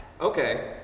Okay